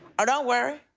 oh, don't worry.